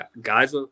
guys